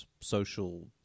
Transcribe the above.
social